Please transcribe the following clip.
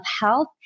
Health